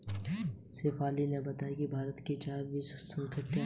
शेफाली ने बताया कि भारत की चाय विश्वविख्यात है